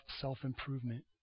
self-improvement